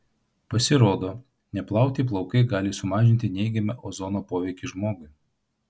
pasirodo neplauti plaukai gali sumažinti neigiamą ozono poveikį žmogui